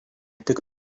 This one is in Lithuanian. tik